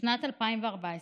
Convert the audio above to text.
בשנת 2014,